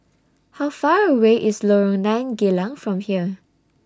How Far away IS Lorong nine Geylang from here